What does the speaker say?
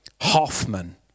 Hoffman